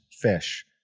fish